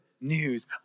news